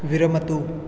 विरमतु